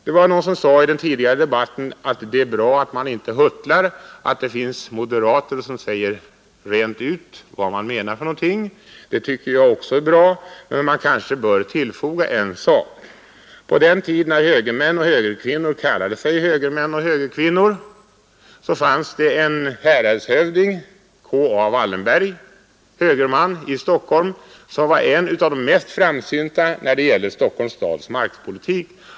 Det var någon som sade i den tidigare debatten att det är bra att man inte huttlar och att det finns moderater som säger rent ut vad de menar. Det tycker jag också är bra, men man kanske bör tillfoga en sak. På den tiden när högermän och högerkvinnor kallade sig högermän och högerkvinnor fanns det en häradshövding vid namn K. A. Wallenberg, högerman i Stockholm, som var en av de mest framsynta när det gäller Stockholms stads markpolitik.